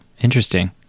interesting